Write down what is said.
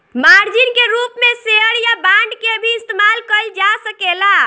margin के रूप में शेयर या बांड के भी इस्तमाल कईल जा सकेला